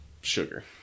sugar